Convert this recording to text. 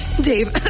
dave